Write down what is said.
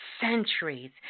centuries